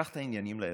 קח את העניינים לידיים,